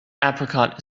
apricot